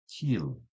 kill